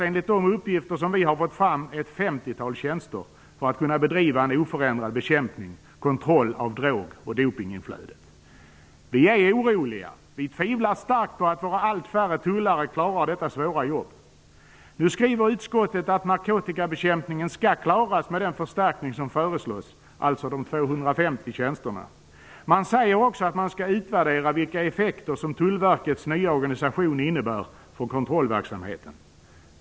Enligt de uppgifter som vi har fått fram fattas det ett femtiotal tjänster i Helsingborg för att man skall kunna bedriva en oförändrad bekämpning och kontroll av drog och dopningsinflödet. Vi är oroliga. Vi tvivlar starkt på att våra allt färre tullare klarar detta svåra jobb. Nu skriver utskottet att narkotikabekämpningen skall klaras med den förstärkning som föreslås, alltså med de 250 tjänsterna. Man säger också att man skall utvärdera vilka effekter som Tullverkets nya organisation innebär för kontrollverksamheten.